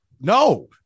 No